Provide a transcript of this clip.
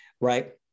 right